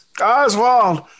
Oswald